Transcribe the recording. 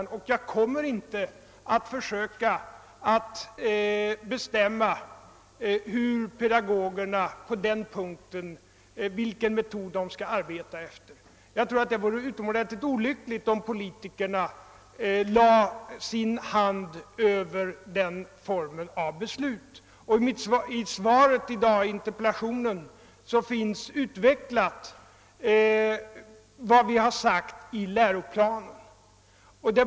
Jag kommer heller inte att försöka bestämma efter vilken metod pedagogerna skall arbeta på den punkten. Jag tror att det vore utomordentligt olyckligt, om politikerna lade sin hand över sådana beslut. I interpellationssvaret i dag finns utvecklat vad vi sagt i läroplanen.